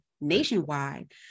nationwide